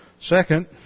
Second